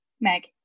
Meg